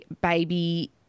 baby